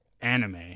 anime